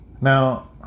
Now